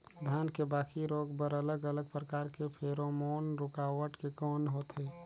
धान के बाकी रोग बर अलग अलग प्रकार के फेरोमोन रूकावट के कौन होथे?